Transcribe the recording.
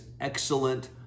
excellent